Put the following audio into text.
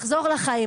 לחזור לחיים.